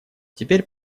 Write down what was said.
теперь